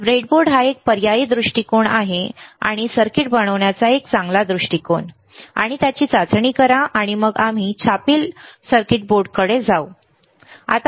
तर ब्रेडबोर्ड हा एक पर्यायी दृष्टिकोन आहे सर्किट बनवण्याचा एक चांगला दृष्टीकोन आणि त्याची चाचणी करा आणि मग आम्ही छापील सर्किट बोर्डकडे जाऊ ठीक आहे